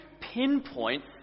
pinpoint